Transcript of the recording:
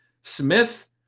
Smith